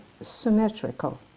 symmetrical